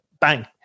bang